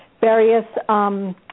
various